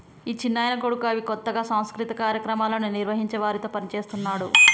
మా చిన్నాయన కొడుకు అవి కొత్తగా సాంస్కృతిక కార్యక్రమాలను నిర్వహించే వారితో పనిచేస్తున్నాడు